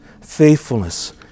faithfulness